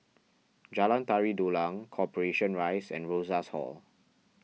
Jalan Tari Dulang Corporation Rise and Rosas Hall